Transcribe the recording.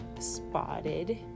spotted